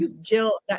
Jill